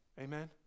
Amen